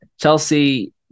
Chelsea